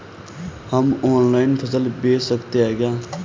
हम ऑनलाइन फसल बेच सकते हैं क्या?